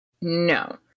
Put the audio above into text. No